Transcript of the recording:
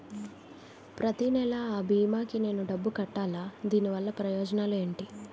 ప్రతినెల అ భీమా కి నేను డబ్బు కట్టాలా? దీనివల్ల ప్రయోజనాలు ఎంటి?